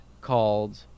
called